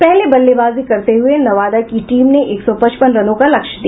पहले बल्लेबाजी करते हुये नवादा की टीम ने एक सौ पचपन रनों का लक्ष्य दिया